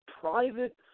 private